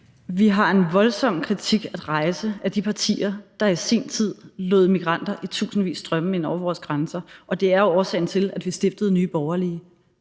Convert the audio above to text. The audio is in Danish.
Vi har en voldsom kritik at rejse af de partier, der i sin tid lod migranter i tusindvis strømme ind over vores grænser, og det er årsagen til, at vi stiftede Nye Borgerlige.